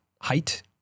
height